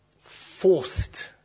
forced